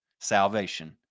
Salvation